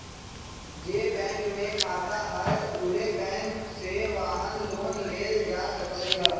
जे बैंक में खाता हए उहे बैंक से वाहन लोन लेल जा सकलई ह